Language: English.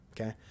okay